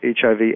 HIV